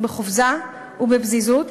בחופזה ובפזיזות.